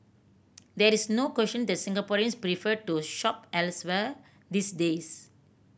there is no question that Singaporeans prefer to shop elsewhere these days